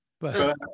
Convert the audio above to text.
But-